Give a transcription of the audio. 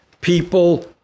people